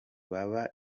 baba